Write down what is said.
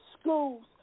schools